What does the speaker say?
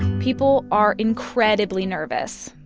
people are incredibly nervous.